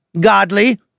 godly